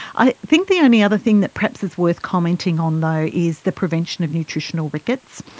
i think the only other thing that perhaps is worth commenting on though is the prevention of nutritional rickets.